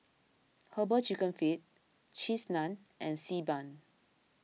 Herbal Chicken Feet Cheese Naan and Xi Ban